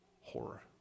horror